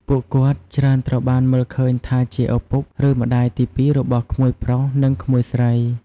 ពួកគាត់ច្រើនត្រូវបានមើលឃើញថាជាឪពុក ឬម្តាយទីពីររបស់ក្មួយប្រុស និងក្មួយស្រី។